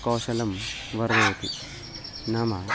कौशलं वर्धयति नाम